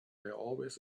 always